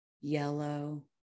yellow